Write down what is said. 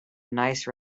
nice